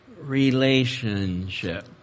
relationship